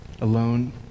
Alone